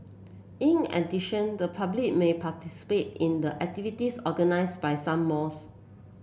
in addition the public may participate in the activities organise by some malls